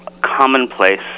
commonplace